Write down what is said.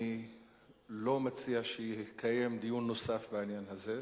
לא מציע שיתקיים דיון נוסף בעניין הזה.